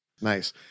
Nice